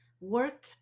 work